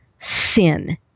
Sin